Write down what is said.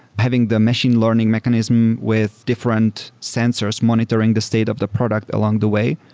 having the machine learning mechanism with different sensors monitoring the state of the product along the way,